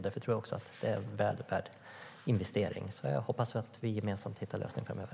Därför tror jag att det är väl värt investeringen. Jag hoppas att vi gemensamt hittar en lösning framöver.